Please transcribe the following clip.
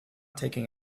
taking